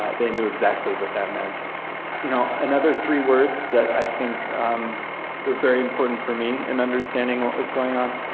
they knew exactly what that meant you know another three words that i think um were very important for me in understanding what was going on,